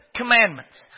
commandments